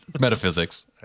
metaphysics